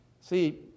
See